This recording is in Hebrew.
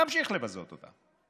נמשיך לבזות אותם.